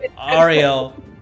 Ariel